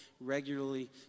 regularly